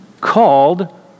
called